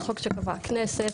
זה חוק שקבעה הכנסת,